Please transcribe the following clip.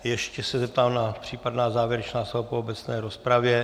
Ještě se zeptám na případná závěrečná slova po obecné rozpravě.